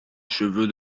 cheveu